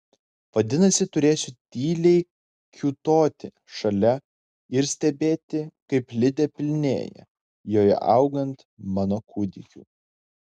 vadinasi turėsiu tyliai kiūtoti šalia ir stebėti kaip lidė pilnėja joje augant mano kūdikiui